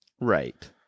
right